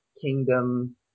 kingdom